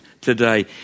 today